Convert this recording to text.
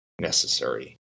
necessary